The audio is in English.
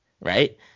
right